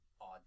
odd